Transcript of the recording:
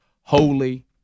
Holy